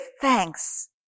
thanks